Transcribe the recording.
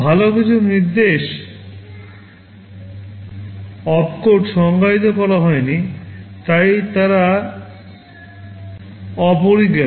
ভাল কিছু নির্দেশ opcode সংজ্ঞায়িত করা হয় নি তাই তারা অপরিজ্ঞাত